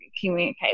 communicate